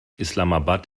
islamabad